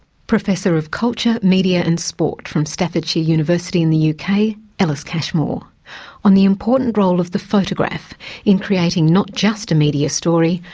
professor of culture, media and sport from staffordshire university in the yeah uk, ellis cashmore on the important role of the photograph in creating not just a media story,